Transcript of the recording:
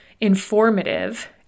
informative